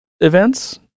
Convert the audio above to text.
events